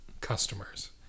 customers